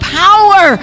power